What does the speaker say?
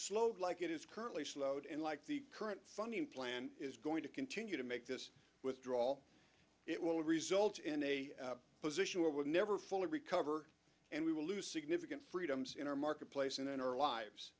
slow like it is currently slowed and like the current funding plan is going to continue to make this withdrawal it will result in a position where we'll never fully recover and we will lose significant freedoms in our marketplace and in our lives